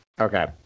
Okay